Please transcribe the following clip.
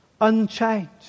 Unchanged